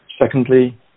Secondly